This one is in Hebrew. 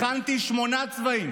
הכנתי שמונה צבעים,